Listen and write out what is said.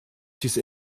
diese